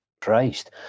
Christ